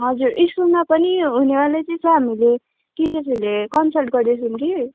हजुर स्कुलमा पनि हुनेवाला चाहिँ छ हामीले टिचर्सहरले कन्सल्ट गर्दैछौँ कि